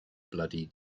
bloody